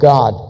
God